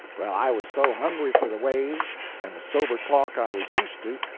well, i was so hungry for the ways and the sober talk i was used to,